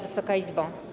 Wysoka Izbo!